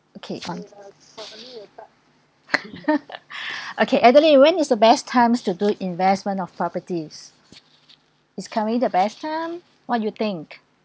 okay um okay etherley when is the best time to do investment of properties is currently the best time what you think